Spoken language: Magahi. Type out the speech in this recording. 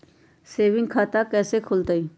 सेविंग खाता कैसे खुलतई?